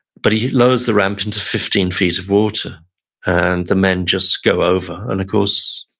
but he lowers the ramp into fifteen feet of water and the men just go over and of course,